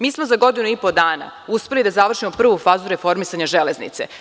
Mi smo za godinu i po dana uspeli da završimo prvu fazu reformisanja železnice.